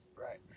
Right